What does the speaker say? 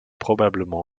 probablement